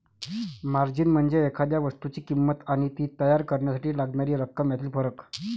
margin म्हणजे एखाद्या वस्तूची किंमत आणि ती तयार करण्यासाठी लागणारी रक्कम यातील फरक